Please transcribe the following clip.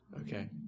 Okay